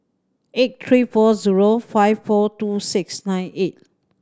eight three four zero five four two six nine eight